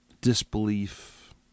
disbelief